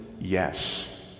yes